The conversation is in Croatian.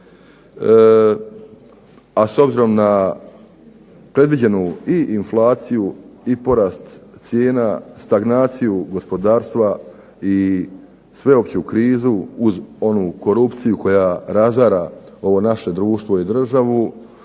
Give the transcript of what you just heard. a s obzirom na predviđenu inflaciju i porast cijena, stagnaciju gospodarstva i sveopću krizu uz onu korupciju koja razara ovo naše društvo i državu,